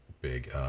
big